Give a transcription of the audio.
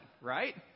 right